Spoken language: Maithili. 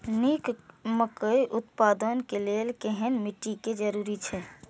निक मकई उत्पादन के लेल केहेन मिट्टी के जरूरी छे?